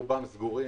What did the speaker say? סגורים.